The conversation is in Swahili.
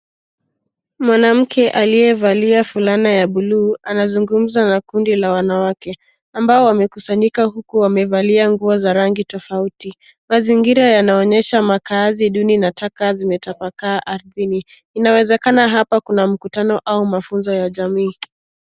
Mwanamke aliye valia fulana ya bluu anazungumza na kundi la wanawake ambao wamekusanyika huku wamevalia nguo za rangi tofautitofauti .Mazingira yanaonyesha makaazi duni na taka zimetapakaa arthini. Inawezekana hapa kuna mkutano au mafunzo ya jamii.